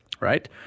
right